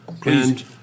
Please